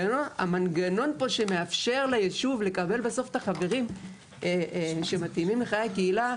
המנגנון פה שמאפשר לישוב לקבל בסוף את החברים שמתאימים לחיי הקהילה,